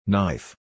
Knife